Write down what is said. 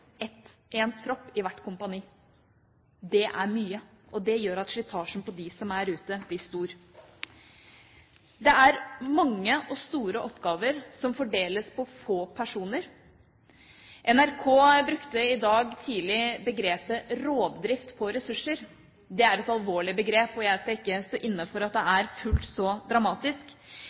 en tropp i hvert kompani. Det er mye, og det gjør at slitasjen på dem som er ute, blir stor. Det er mange og store oppgaver som fordeles på få personer. NRK brukte i dag tidlig begrepet «rovdrift på ressurser». Det er et alvorlig begrep, og jeg skal ikke stå inne for at det er fullt så dramatisk,